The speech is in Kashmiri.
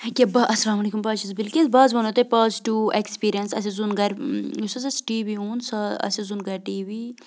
ییٚکیٛاہ اَسلام علیکُم بہٕ حظ چھَس بِلقیٖس بہٕ حظ وَنو تۄہہِ پازٹِو اٮ۪کٕسپیٖریَنٕس اَسہِ حظ اوٚن گَرٕ یُس حظ اَسہِ ٹی وی اوٚن سُہ اَسہِ حظ اوٚن گَرِ ٹی وی